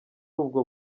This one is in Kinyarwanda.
ubwo